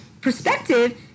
perspective